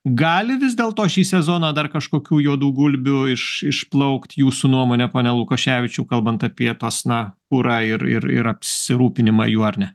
gali vis dėl to šį sezoną dar kažkokių juodų gulbių iš išplaukt jūsų nuomone pone lukoševičiau kalbant apie tuos na kurą ir ir ir apsirūpinimą juo ar ne